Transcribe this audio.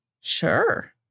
sure